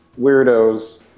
weirdos